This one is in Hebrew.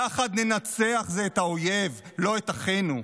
יחד ננצח זה את האויב, לא את אחינו.